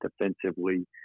defensively